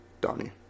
Donnie